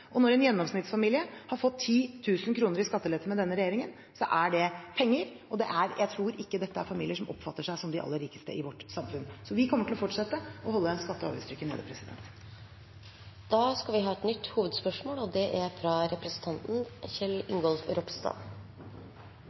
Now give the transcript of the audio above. Når en gjennomsnittsfamilie har fått 10 000 kr i skattelette under denne regjeringen, er det penger. Jeg tror ikke dette er familier som oppfatter seg som de aller rikeste i vårt samfunn. Vi kommer til å fortsette å holde skatte- og avgiftstrykket nede. Vi går videre til neste hovedspørsmål. Finansministeren kan bli stående. Norsk økonomi har hatt en sterk utvikling helt siden 1990-tallet. Det